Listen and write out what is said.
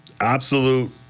absolute